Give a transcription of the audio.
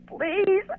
please